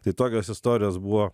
tai tokios istorijos buvo